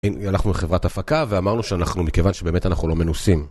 הנה הלכנו לחברת הפקה ואמרנו שאנחנו מכיוון שבאמת אנחנו לא מנוסים